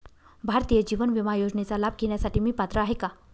भारतीय जीवन विमा योजनेचा लाभ घेण्यासाठी मी पात्र आहे का?